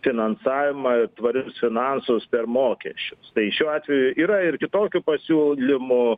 finansavimą tvarius finansus per mokesčius tai šiuo atveju yra ir kitokių pasiūlymų